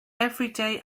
everyday